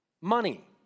money